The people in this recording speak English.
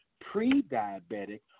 pre-diabetic